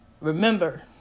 Remember